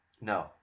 No